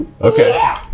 okay